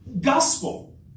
gospel